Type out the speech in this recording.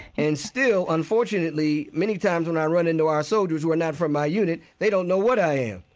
and still, unfortunately, many times when i run into our soldiers who are not from my unit, they don't know what i am